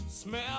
Smell